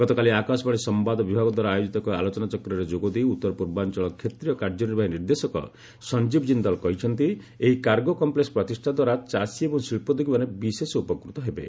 ଗତକାଲି ଆକାଶବାଣୀ ସମ୍ଭାଦ ବିଭାଗଦ୍ୱାରା ଆୟୋଜିତ ଏକ ଆଲୋଚନାଚକ୍ରରେ ଯୋଗଦେଇ ଉତ୍ତର ପୂର୍ବାଞ୍ଚଳ କ୍ଷେତ୍ରୀୟ କାର୍ଯ୍ୟନିର୍ବାହୀ ନିର୍ଦ୍ଦେଶକ ସଞ୍ଜୀବ ଜିନ୍ଦଲ୍ କହିଛନ୍ତି ଏହି କାର୍ଗୋ କମ୍ପ୍ଲେକ୍ସ ପ୍ରତିଷ୍ଠାଦ୍ୱାରା ଚାଷୀ ଏବଂ ଶିକ୍ଷୋଦ୍ୟୋଗୀମାନେ ବିଶେଷ ଉପକୃତ ହେବେ